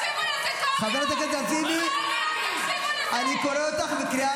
חברת הכנסת לזימי, אני קורא אותך קריאה